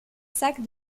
sac